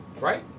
right